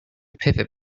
pivot